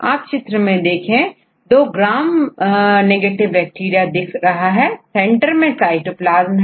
आप चित्र में देखें 2 ग्राम नेगेटिव बैक्टीरिया दिख रहा है सेंटर में साइटोप्लाज्म है